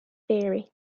theory